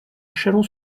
chalon